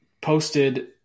posted